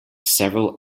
several